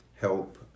help